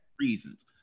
reasons